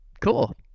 Cool